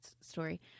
story